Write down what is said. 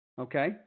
Okay